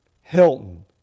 Hilton